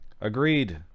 Agreed